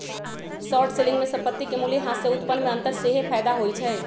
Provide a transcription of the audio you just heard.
short selling में संपत्ति के मूल्यह्रास से उत्पन्न में अंतर सेहेय फयदा होइ छइ